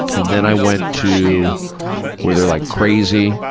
and then i went to where they're like crazy,